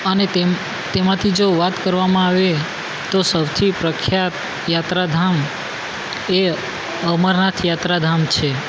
અને તેમાંથી જો વાત કરવામાં આવે તો સૌથી પ્રખ્યાત યાત્રાધામ એ અમરનાથ યાત્રાધામ છે